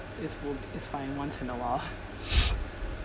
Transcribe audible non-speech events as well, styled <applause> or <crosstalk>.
it's good it's fine once in a while <breath> <noise>